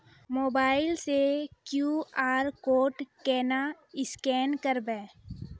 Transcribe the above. Mobile से QR code केना scan करबै?